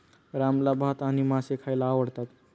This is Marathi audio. रामला भात आणि मासे खायला आवडतात